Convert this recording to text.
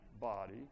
body